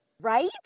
Right